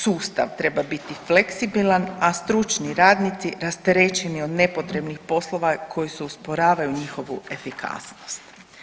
Sustav treba biti fleksibilan, a stručni radnici rasterećeni od nepotrebnih poslova koji su usporavali njihovu efikasnost.